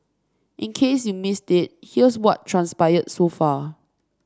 in case you missed it here's what transpired so far